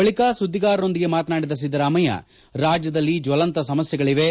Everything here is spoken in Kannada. ಬಳಿಕ ಸುದ್ದಿಗಾರರೊಂದಿಗೆ ಮಾತನಾಡಿದ ಸಿದ್ದರಾಮಯ್ಯ ರಾಜ್ಯದಲ್ಲಿ ಜ್ವಲಂತ ಸಮಸ್ಯೆಗಳಿವೆ